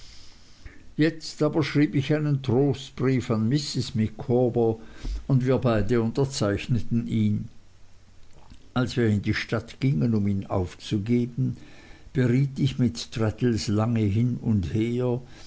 jetzt aber schrieb ich einen trostbrief an mrs micawber und wir beide unterzeichneten ihn als wir in die stadt gingen um ihn aufzugeben beriet ich mit traddles lange hin und her